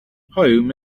home